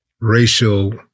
racial